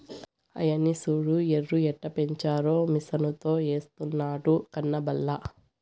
ఆయన్ని సూడు ఎరుయెట్టపెంచారో మిసనుతో ఎస్తున్నాడు కనబల్లా